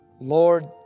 Lord